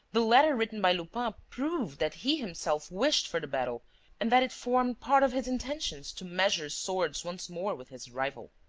the letter written by lupin proved that he himself wished for the battle and that it formed part of his intentions to measure swords once more with his rival.